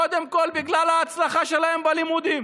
קודם כול בגלל ההצלחה שלהם בלימודים